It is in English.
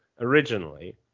originally